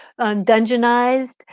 dungeonized